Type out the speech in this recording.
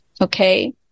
Okay